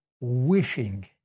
wishing